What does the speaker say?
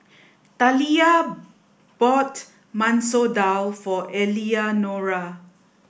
Taliyah bought Masoor Dal for Eleanora